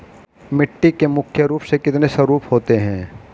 मिट्टी के मुख्य रूप से कितने स्वरूप होते हैं?